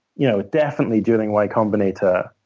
you know definitely doing y combinator,